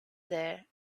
there